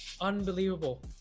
Unbelievable